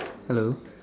hello